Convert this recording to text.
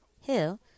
Hill